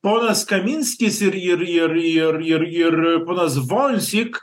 ponas kaminskis ir ir ir ir ir ir ponas vonzik